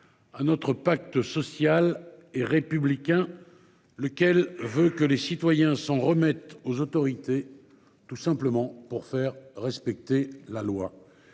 À notre pacte social et républicain. Lequel veut que les citoyens s'en remettre aux autorités. Tout simplement pour faire respecter la loi.